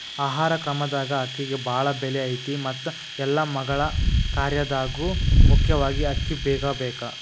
ಆಹಾರ ಕ್ರಮದಾಗ ಅಕ್ಕಿಗೆ ಬಾಳ ಬೆಲೆ ಐತಿ ಮತ್ತ ಎಲ್ಲಾ ಮಗಳ ಕಾರ್ಯದಾಗು ಮುಖ್ಯವಾಗಿ ಅಕ್ಕಿ ಬೇಕಬೇಕ